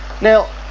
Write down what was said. Now